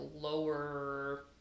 lower